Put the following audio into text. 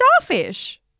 Starfish